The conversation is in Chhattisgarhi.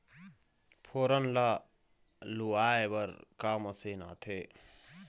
फोरन ला लुआय बर का मशीन आथे?